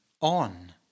on